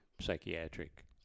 psychiatric